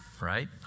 right